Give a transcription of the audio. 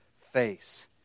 face